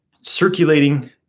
circulating